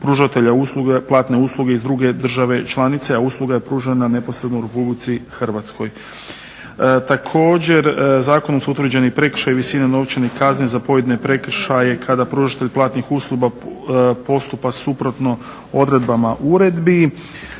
pružatelja usluge platne usluge iz druge države članice, a usluga je pružena neposredno u RH. Također zakonom su utvrđeni prekršaj visine novčane kazni za pojedine prekršaje kada pružatelj platnih usluga postupa suprotno odredbama uredbi.